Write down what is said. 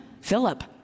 Philip